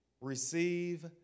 Receive